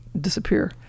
disappear